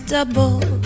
Double